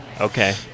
Okay